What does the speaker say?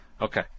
Okay